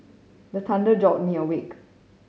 the thunder jolt me awake